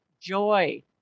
joy